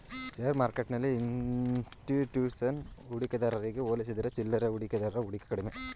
share ಮಾರ್ಕೆಟ್ಟೆಲ್ಲಿ institution ಹೂಡಿಕೆದಾರಗೆ ಹೋಲಿಸಿದರೆ ಚಿಲ್ಲರೆ ಹೂಡಿಕೆದಾರರ ಹೂಡಿಕೆ ಕಡಿಮೆ